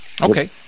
Okay